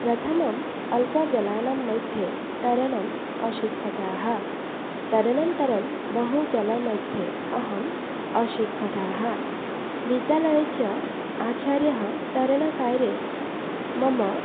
प्रथमम् अल्पजलानां मध्ये तरणम् अशिक्षितः तदनन्तरं बहुजलमध्ये अहम् अशिक्षितः विद्यालये च आचार्यः तरणकार्ये मम